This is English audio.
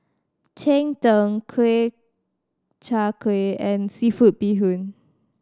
cheng tng kui Chai Kuih and seafood bee hoon